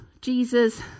Jesus